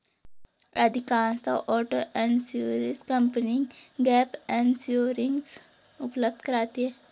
अधिकांशतः auto insurance company gap insurance उपलब्ध कराती है